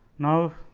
now,